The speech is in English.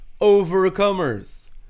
overcomers